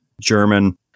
German